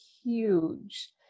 huge